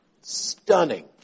stunning